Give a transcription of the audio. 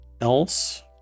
else